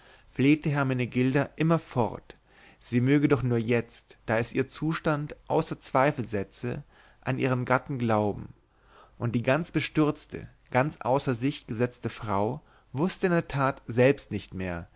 flehte hermenegilda immerfort sie möge doch nur jetzt da es ihr zustand außer zweifel setze an ihren gatten glauben und die ganz bestürzte ganz außer sich gesetzte frau wußte in der tat selbst nicht mehr